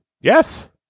Yes